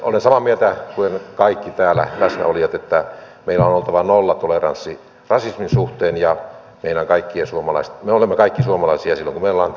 olen samaa mieltä kuin kaikki täällä läsnäolijat että meillä on oltava nollatoleranssi rasismin suhteen ja me olemme kaikki suomalaisia silloin kun me olemme tänne tulleet